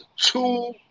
two